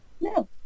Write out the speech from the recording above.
No